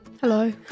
Hello